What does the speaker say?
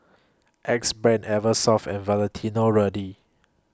Axe Brand Eversoft and Valentino Rudy